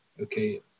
Okay